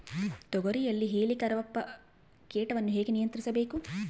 ತೋಗರಿಯಲ್ಲಿ ಹೇಲಿಕವರ್ಪ ಕೇಟವನ್ನು ಹೇಗೆ ನಿಯಂತ್ರಿಸಬೇಕು?